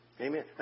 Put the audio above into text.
amen